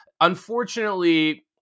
unfortunately